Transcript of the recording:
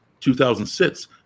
2006